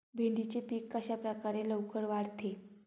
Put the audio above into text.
भेंडीचे पीक कशाप्रकारे लवकर वाढते?